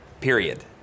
period